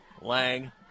Lang